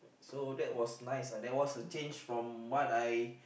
so that was nice uh that was a change from what I